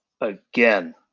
again